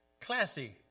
classy